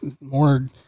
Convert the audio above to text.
more